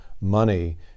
money